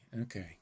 Okay